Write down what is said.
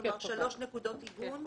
כלומר, שלוש נקודות עיגון?